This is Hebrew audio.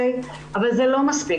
אבל זה לא מספיק.